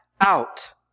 out